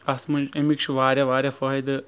اَتھ منٛز اَمِکۍ چھِ واریاہ واریاہ فٲیدٕ